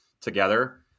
together